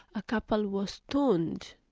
a couple were stoned.